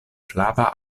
flava